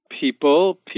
people